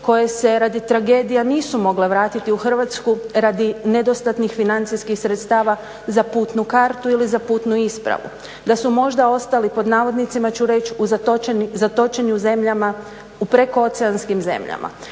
koje se rade tragedija nisu mogle vratiti u Hrvatsku radi nedostatnih financijskih sredstava za putnu kartu ili za putnu ispravu, da su možda ostali pod navodnicima ću reći "zatočeni u prekooceanskim zemljama".